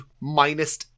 minus